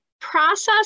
process